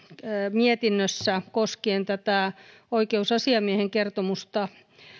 mietinnössä koskien oikeusasiamiehen kertomusta